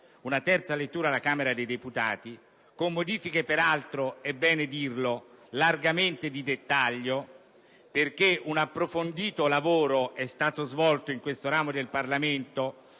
una terza lettura alla Camera dei deputati, con modifiche peraltro ‑ è bene dirlo ‑ largamente di dettaglio, perché un approfondito lavoro è stato svolto in questo ramo del Parlamento.